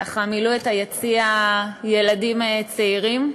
מילאו את היציע ילדים צעירים.